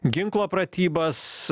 ginklo pratybas